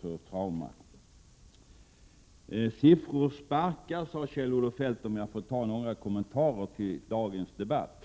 för trauma är stor. Siffror sparkar, sade Kjell-Olof Feldt — för att något kommentera dagens debatt.